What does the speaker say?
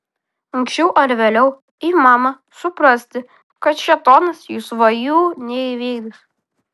anksčiau ar vėliau imama suprasti kad šėtonas jų svajų neįvykdys